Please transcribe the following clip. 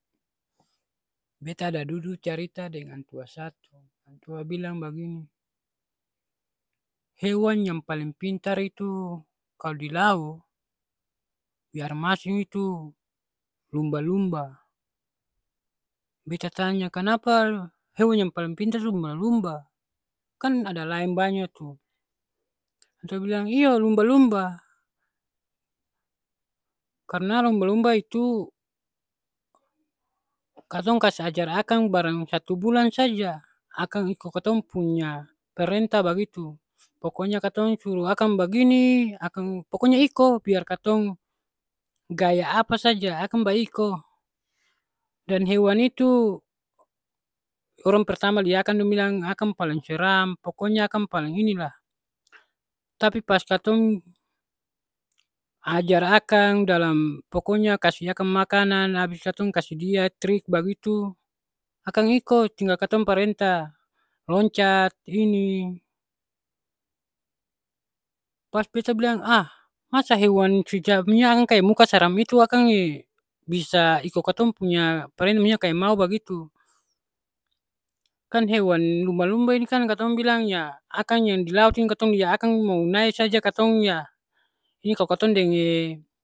Beta ada dudu carita deng antua satu. Antua bilang bagini, hewan yang paleng pintar itu kal di lau, di aer masing itu lumba-lumba. Beta tanya kanapa hewan yang paleng pintar tu lumba-lumba kan ada laeng banya tu. Antua bilang iyo lumba-lumba. Karna lumba-lumba itu katong kas ajar akang barang satu bulan saja akang iko katong punya parenta bagitu. Pokonya katong suru akang bagini, akang pokonya iko biar katong gaya apa saja akang baiko. Dan hewan itu orang pertama lia akang dong bilang akang paleng seram, pokonya akang paleng ini lah. Tapi pas katong ajar akang dalam, pokonya kasi akang makanan, abis katong kasi dia trik bagitu, akang iko tinggal katong parenta. Loncat, ini. Pas beta bilang, ah masa hewan su jap ni akang kaya muka seram itu akang e bisa iko katong punya paren maunya kaya mau bagitu. Kan hewan lumba-lumba ini kan katong bilang ya akang yang di laut ini katong lia akang mau nae saja katong ya, ini kalo katong deng e